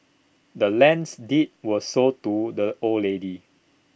the land's deed was sold to the old lady